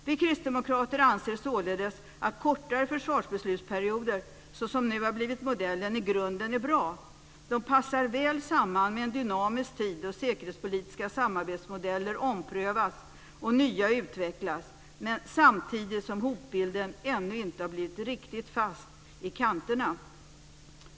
Vi kristdemokrater anser således att kortare försvarsbeslutsperioder, såsom nu har blivit modellen, i grunden är bra. De passar väl samman med en dynamisk tid då säkerhetspolitiska samarbetsmodeller omprövas och nya utvecklas, samtidigt som hotbilden ännu inte har blivit riktigt fast i kanterna.